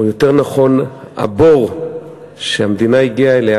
או יותר נכון הבור שהמדינה הגיעה אליו,